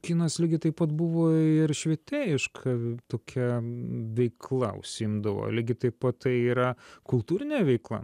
kinas lygiai taip pat buvo ir švietėjiška tokia veikla užsiimdavo lygiai taip pat tai yra kultūrinė veikla